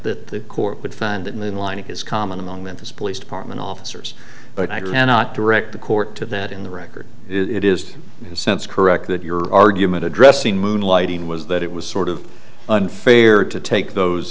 that the court would find that moonlighting is common among memphis police department officers but i cannot direct the court to that in the record it is since corrected your argument addressing moonlighting was that it was sort of unfair to take those